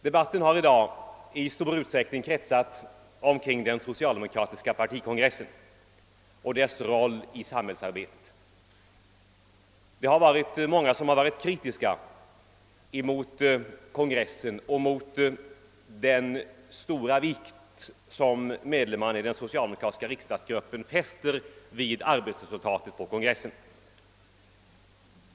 Debatten i dag har i stor utsträckning kretsat kring den socialdemokratiska partikongressen och dess roll i samhällsarbetet. Många har varit kritiska mot den stora vikt som medlemmarna i den socialdemokratiska riksdagsgruppen fäster vid arbetsresultatet på kongressen.